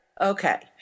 Okay